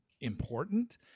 important